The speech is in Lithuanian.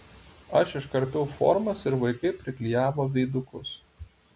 aš iškarpiau formas ir vaikai priklijavo veidukus